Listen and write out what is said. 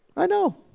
i know!